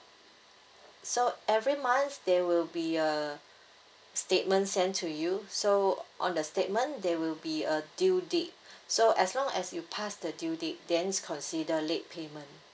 so every month there will be a statement send to you so on the statement there will be a due date so as long as you past the due date then it's consider late payment